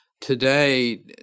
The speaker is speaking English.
Today